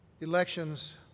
elections